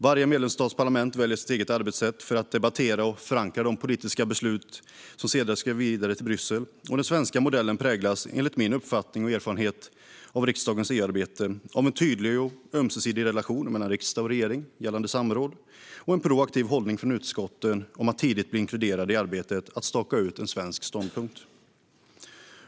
Varje medlemsstats parlament väljer sitt eget arbetssätt för att debattera och förankra de politiska beslut som sedan ska vidare till Bryssel, och den svenska modellen präglas, enligt min uppfattning och erfarenhet av riksdagens EU-arbete, av en tydlig och ömsesidig relation mellan riksdag och regering gällande samråd och en proaktiv hållning från utskotten att tidigt bli inkluderade i arbetet med att staka ut en svensk ståndpunkt.